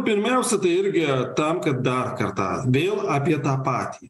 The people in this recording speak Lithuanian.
pirmiausia tai irgi tam kad dar kartą bijau apie tą patį